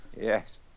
Yes